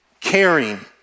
caring